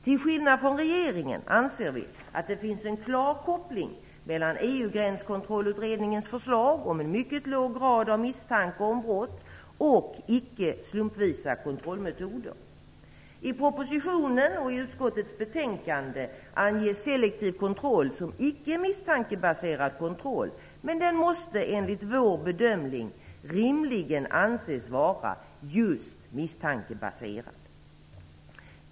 Till skillnad från regeringen anser vi att det finns en klar koppling mellan EU gränskontrollutredningens förslag om en mycket låg grad av misstanke om brott och icke slumpvisa kontrollmetoder. I propositionen och i utskottets betänkande anges selektiv kontroll som icke misstankebaserad kontroll. Den måste, enligt vår bedömning, rimligen anses vara just misstankebaserad.